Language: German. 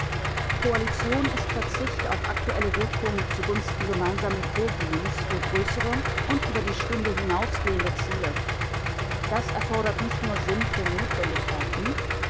koalition ist verzicht auf aktuelle wirkung zugunsten gemeinsamen vorgehens für größere und über die stunde hinausgehende ziele das erfordert nicht nur sinn für notwendigkeiten